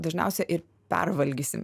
dažniausiai ir pervalgysim